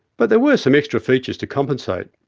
but there were some extra features to compensate.